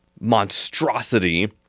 monstrosity